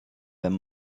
wenn